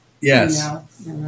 Yes